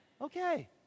Okay